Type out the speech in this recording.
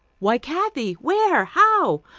why, kathy! where? how?